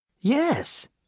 Yes